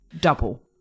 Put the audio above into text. double